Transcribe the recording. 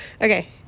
okay